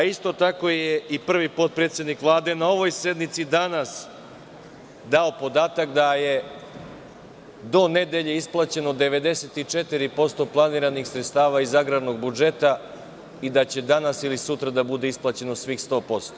Isto tako je i prvi potpredsednik Vlade na ovoj sednici danas dao podatak da je do nedelje isplaćeno 94% planiranih sredstava iz agrarnog budžeta i da će danas ili sutra da bude isplaćeno svih 100%